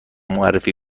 معرفی